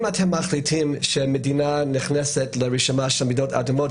אם אתם מחליטים שמדינה נכנסת לרשימה של מדינות אדומות,